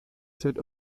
před